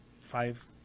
five